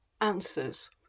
Answers